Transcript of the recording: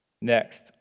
Next